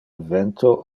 vento